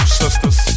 sisters